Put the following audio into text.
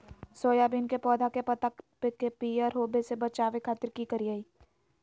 Soybean के पौधा के पत्ता के पियर होबे से बचावे खातिर की करिअई?